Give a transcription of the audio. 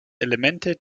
elemente